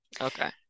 okay